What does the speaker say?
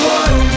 one